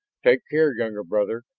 take care, younger brother!